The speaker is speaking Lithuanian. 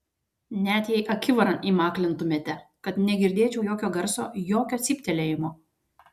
net jei akivaran įmaklintumėte kad negirdėčiau jokio garso jokio cyptelėjimo